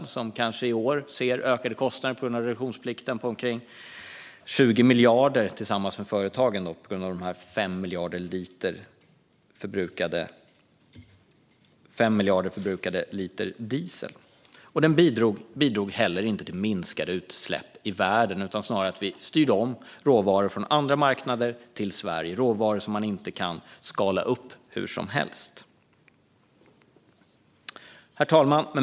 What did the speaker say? De tillsammans med företagen ser kanske i år ökade kostnader på grund av reduktionsplikten på 20 miljarder på grund av 5 miljarder liter förbrukad diesel. Den bidrog inte heller till minskade utsläpp i världen. Vi styrde snarare om råvaror från andra marknader till Sverige. Det är råvaror som man inte kan skala upp hur som helst. Herr talman!